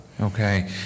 Okay